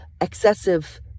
excessive